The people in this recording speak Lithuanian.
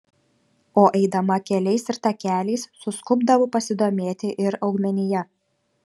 o eidama keliais ir takeliais suskubdavau pasidomėti ir augmenija